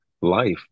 life